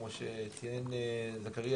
כמו שציין זכריא,